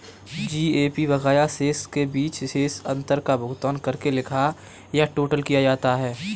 GAP बकाया शेष के बीच शेष अंतर का भुगतान करके लिखा या टोटल किया जाता है